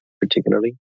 particularly